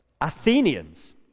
Athenians